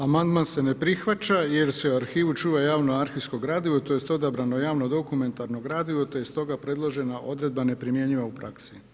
Amandman se ne prihvaća jer se u arhivu čuva javno arhivsko gradivo, tj. odabrano javno dokumentarno gradivo te je stoga predložena odredba nepromjenjiva u praksi.